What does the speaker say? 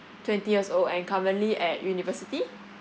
twenty years old and currently at university